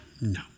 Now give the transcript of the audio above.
no